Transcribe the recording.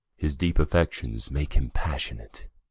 his deep affections make him passionate.